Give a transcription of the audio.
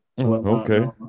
okay